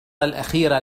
الأخير